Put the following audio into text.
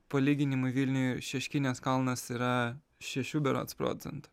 palyginimui vilniuj šeškinės kalnas yra šešių berods procentų